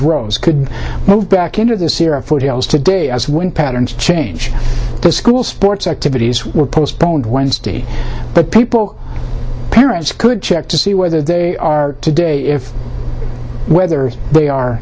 rose could move back into the sierra foothills today as wind patterns change the school sports activities were postponed wednesday but people parents could check to see whether they are today if whether they are